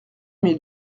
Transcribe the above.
mille